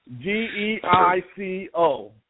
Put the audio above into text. G-E-I-C-O